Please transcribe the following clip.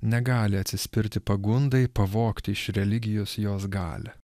negali atsispirti pagundai pavogti iš religijos jos galią